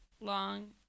long